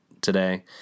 today